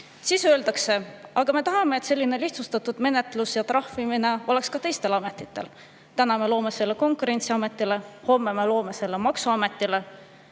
Siis öeldakse, aga me tahame, et selline lihtsustatud menetlus ja trahvimis[võimalus] oleks ka teistel ametitel. Täna me loome selle Konkurentsiametile, homme me loome selle maksuametile,